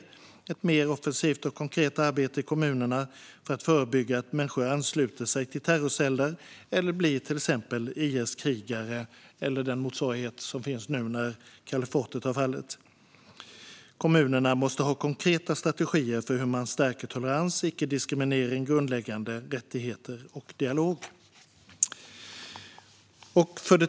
Det måste till ett mer offensivt och konkret arbete i kommunerna för att förbygga att människor ansluter sig till terrorceller eller blir till exempel IS-krigare, eller den motsvarighet som finns nu när kalifatet har fallit. Kommunerna måste ha konkreta strategier för hur man stärker tolerans, icke-diskriminering, grundläggande rättigheter och dialog.